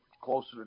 closer